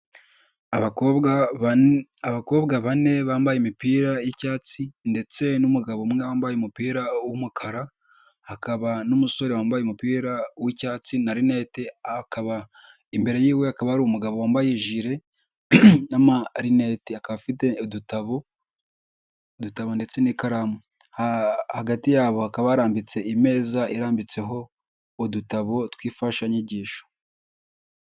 Abakobwa bane bambaye imipira y'icyatsi, ndetse n'umugabo umwe wambaye umupira w'umukara, hakaba n'umusore wambaye umupira w'icyatsi na linete, imbere yiwe hakaba hari umugabo wambaye ijire n'amalinete, akaba afite udutabo dutabo ndetse n'ikaramu. Hagati yabo bakaba harambitse imeza irambitseho udutabow'imfashanyigisho